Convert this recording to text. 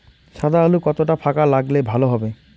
সাদা আলু কতটা ফাকা লাগলে ভালো হবে?